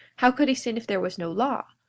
how could he sin if there was no law?